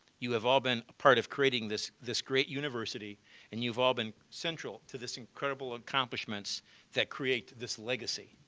you have all been a part of creating this this great university and you've all been central to this incredible accomplishments that create this legacy.